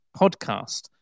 podcast